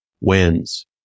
wins